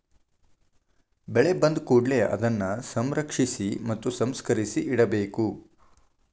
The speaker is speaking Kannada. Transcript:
ಬೆಳೆ ಬಂದಕೂಡಲೆ ಅದನ್ನಾ ಸಂರಕ್ಷಿಸಿ ಮತ್ತ ಸಂಸ್ಕರಿಸಿ ಇಡಬೇಕು